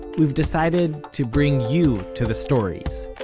we've decided to bring you to the stories.